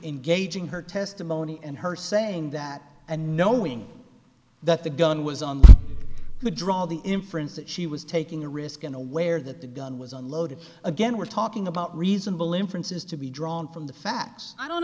engaging her testimony and her saying that and knowing that the gun was on could draw the inference that she was taking a risk and aware that the gun was unloaded again we're talking about reasonable inferences to be drawn from the facts i don't